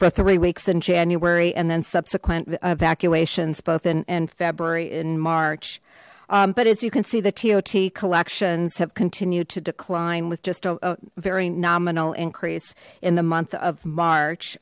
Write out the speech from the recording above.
for three weeks in january and then subsequent evacuations both in february in march but as you can see the tod collections have continued to decline with just a very nominal increase in the month of march